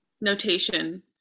notation